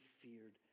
feared